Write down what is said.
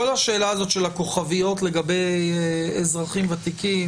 כל השאלה הזאת של הכוכביות לגבי אזרחים ותיקים,